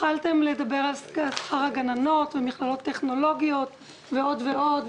התחלתם לדבר על שכר הגננות והמכללות הטכנולוגיות ועוד ועוד.